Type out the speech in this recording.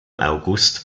august